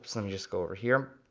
so me just go over here,